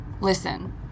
Listen